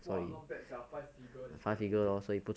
!wah! not bad sia five figure is hard to make